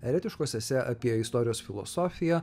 eretiškos esė apie istorijos filosofiją